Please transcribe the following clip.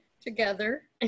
together